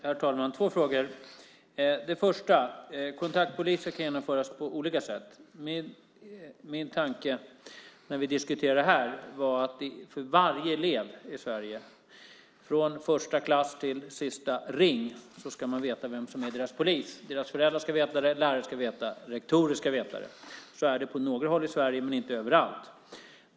Herr talman! Jag har två frågor. Den första gäller att kontaktpoliser kan genomföras på olika sätt. Min tanke, när vi diskuterade det här, var att varje elev i Sverige, från första klass till sista ring, ska veta vem som är deras polis. Deras föräldrar ska veta det. Lärare ska veta det. Rektorer ska veta det. Så är det på några håll i Sverige men inte överallt.